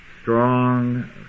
strong